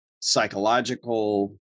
psychological